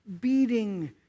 beating